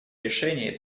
решении